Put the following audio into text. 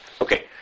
Okay